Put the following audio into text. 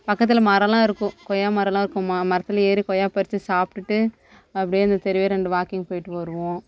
பக்கத்தில் மரல்லாம் இருக்கும் கொய்யா மரல்லாம் இருக்கும் மாமரத்தில் ஏறி கொய்யா பறித்து சாப்பிடுட்டு அப்டியே அந்த தெருவையே ரெண்டு வாக்கிங் போயிட்டு வருவோம்